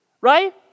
right